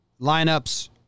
lineups